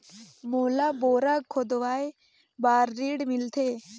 मोला बोरा खोदवाय बार ऋण मिलथे?